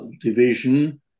division